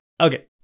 okay